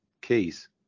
keys